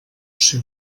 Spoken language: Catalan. ser